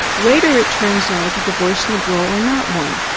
later it turns out that the voice and the girl are not one,